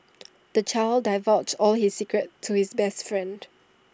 the child divulged all his secrets to his best friend